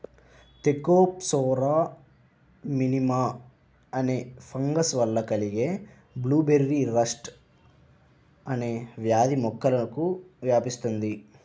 Thekopsora minima అనే fungus వల్ల కలిగే బ్లూబెర్రీ రస్ట్ అనే వ్యాధి మొక్కలకు వ్యాపిస్తుంది